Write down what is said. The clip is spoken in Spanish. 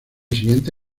siguiente